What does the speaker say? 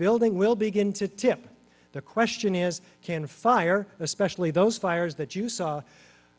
building will begin to tip the question is can a fire especially those fires that you saw